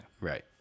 Right